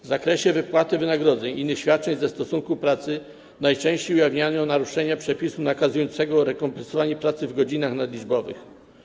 W zakresie wypłaty wynagrodzeń i innych świadczeń ze stosunku pracy najczęściej ujawniano naruszenia przepisu nakazującego rekompensowanie pracy w godzinach nadliczbowych.